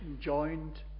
joined